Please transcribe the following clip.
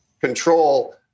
control